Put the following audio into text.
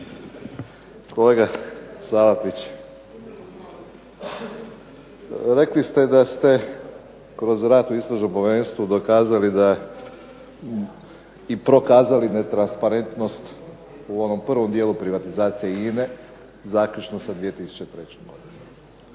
Kolega Salapić, rekli ste da ste kroz rad u Istražnom povjerenstvu dokazali da i prokazali netransparentnost u onom prvom dijelu privatizacije INA-e zaključno sa 2003. godinom.